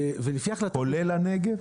כולל את הנגב?